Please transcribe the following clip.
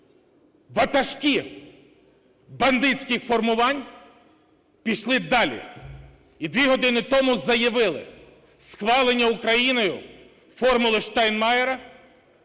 Ватажки бандитських формувань пішли далі і дві години тому заявили: "Схвалення Україною "формули Штайнмайєра"